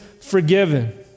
forgiven